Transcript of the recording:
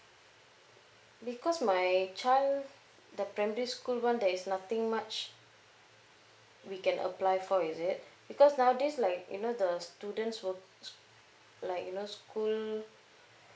because my child the primary school one there is nothing much we can apply for is it because nowadays like you know the students were like you know school